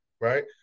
right